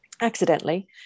accidentally